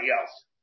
else